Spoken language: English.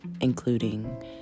including